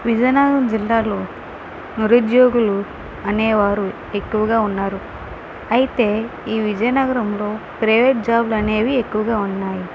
విజయనగరం జిల్లాలో నిరుద్యోగులు అనేవారు ఎక్కువుగా ఉన్నారు